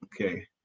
Okay